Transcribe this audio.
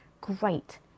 great